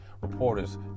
reporters